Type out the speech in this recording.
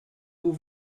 aux